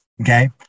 okay